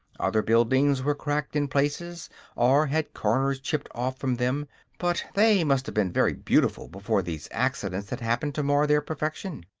other buildings were cracked in places or had corners chipped off from them but they must have been very beautiful before these accidents had happened to mar their perfection.